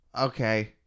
Okay